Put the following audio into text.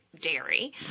dairy